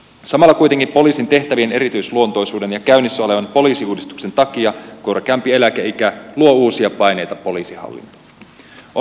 samalla kuitenkin poliisin tehtävien erityisluontoisuuden ja käynnissä olevan poliisiuudistuksen takia korkeampi eläkeikä luo uusia paineita poliisihallintoon